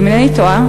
אם אינני טועה,